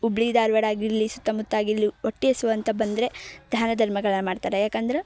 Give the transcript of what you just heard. ಹುಬ್ಳಿ ಧಾರವಾಡ ಆಗಿರಲಿ ಸುತ್ತಮುತ್ತ ಆಗಿರಲಿ ಹೊಟ್ಟಿ ಹಸಿವಂತ ಬಂದರೆ ದಾನ ಧರ್ಮಗಳನ್ನು ಮಾಡ್ತಾರೆ ಯಾಕಂದ್ರೆ